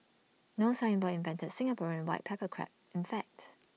no signboard invented Singaporean white pepper Crab in fact